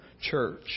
church